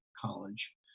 College